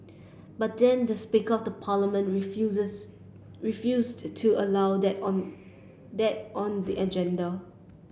but then the speaker of the parliament refused to allow that on that on the agenda